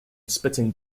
spitting